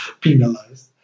penalized